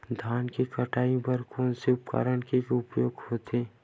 धान के कटाई बर कोन से उपकरण के उपयोग होथे?